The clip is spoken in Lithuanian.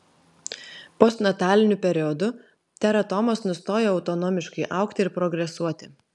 postnataliniu periodu teratomos nustoja autonomiškai augti ir progresuoti